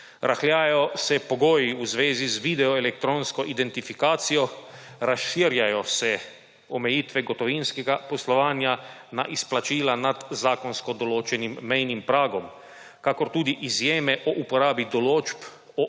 Rahljajo se pogoji v zvezi z video elektronsko identifikacijo, razširjajo se omejitve gotovinskega poslovanja na izplačila nad zakonsko določenim mejnim pragom ter tudi izjeme o uporabi določb